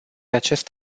acest